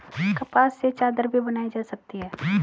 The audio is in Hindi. कपास से चादर भी बनाई जा सकती है